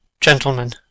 gentlemen